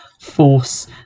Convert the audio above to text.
force